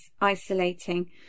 isolating